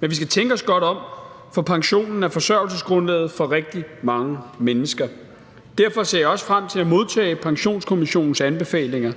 men vi skal tænke os godt om, for pensionen er forsørgelsesgrundlaget for rigtig mange mennesker. Derfor ser jeg også frem til at modtage Pensionskommissionens anbefalinger.